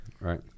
Right